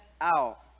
out